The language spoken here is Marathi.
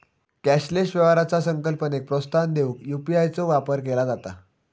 कॅशलेस व्यवहाराचा संकल्पनेक प्रोत्साहन देऊक यू.पी.आय चो वापर केला जाता